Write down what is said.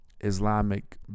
Islamic